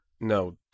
No